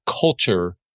culture